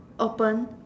open